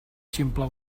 ximple